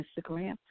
Instagram